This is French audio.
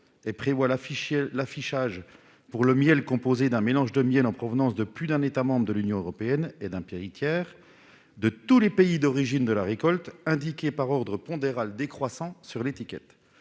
et prévoit l'affichage, pour le miel composé d'un mélange de miels en provenance de plus d'un État membre de l'Union européenne ou d'un pays tiers, de tous les pays d'origine de la récolte, indiqués par ordre pondéral décroissant sur l'étiquette.